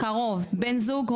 "קרוב" בן זוג,